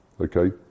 okay